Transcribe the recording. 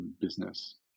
business